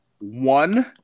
One